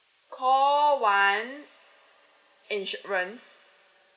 call one insurance